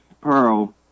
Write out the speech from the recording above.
Pearl